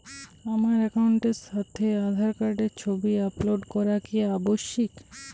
আমার অ্যাকাউন্টের সাথে আধার কার্ডের ছবি আপলোড করা কি আবশ্যিক?